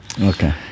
Okay